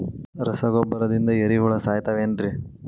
ರಸಗೊಬ್ಬರದಿಂದ ಏರಿಹುಳ ಸಾಯತಾವ್ ಏನ್ರಿ?